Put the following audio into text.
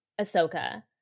Ahsoka